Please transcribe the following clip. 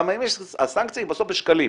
כי הסנקציה היא בסוף בשקלים,